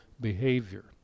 behavior